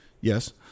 yes